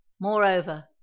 moreover